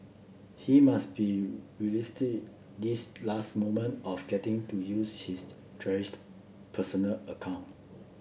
he must be relisted these last moment of getting to use his cherished personal account